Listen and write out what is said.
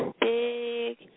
big